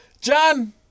John